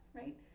right